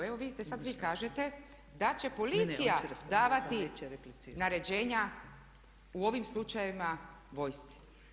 Evo vidite, sad vi kažete da će policija davati naređenja u ovim slučajevima vojsci.